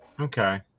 Okay